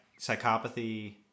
psychopathy